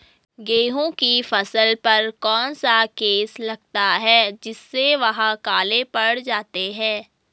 गेहूँ की फसल पर कौन सा केस लगता है जिससे वह काले पड़ जाते हैं?